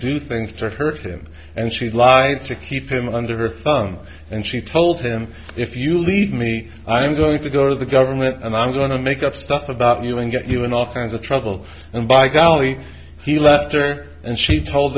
do things to hurt him and she lied to keep him under her thumb and she told him if you leave me i'm going to go to the government and i'm going to make up stuff about you and get you in all kinds of trouble and by golly he left her and she told